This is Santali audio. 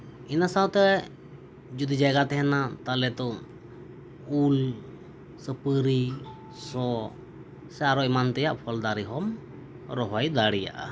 ᱤᱱᱟᱹ ᱥᱟᱶᱛᱮ ᱡᱩᱫᱤ ᱡᱟᱭᱜᱟ ᱛᱟᱦᱮᱱᱟ ᱛᱟᱦᱞᱮ ᱛᱚ ᱩᱞ ᱥᱟᱹᱯᱟᱹᱨᱤ ᱥᱚ ᱥᱮ ᱟᱨ ᱦᱚᱸ ᱮᱢᱟᱱ ᱛᱮᱭᱟᱜ ᱯᱷᱚᱞ ᱫᱟᱨᱮ ᱦᱚᱢ ᱨᱚᱦᱚᱭ ᱫᱟᱲᱮᱭᱟᱟᱜᱼᱟ